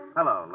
Hello